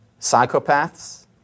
Psychopaths